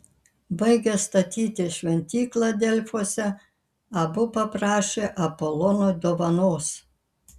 baigę statyti šventyklą delfuose abu paprašė apolono dovanos